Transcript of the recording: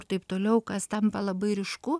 ir taip toliau kas tampa labai ryšku